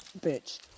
Bitch